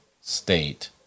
state